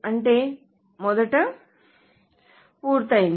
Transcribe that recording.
అంటే మొదట పూర్తయింది